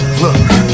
Look